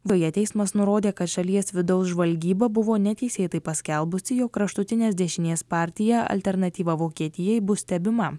beje teismas nurodė kad šalies vidaus žvalgyba buvo neteisėtai paskelbusi jog kraštutinės dešinės partija alternatyva vokietijai bus stebima